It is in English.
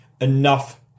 enough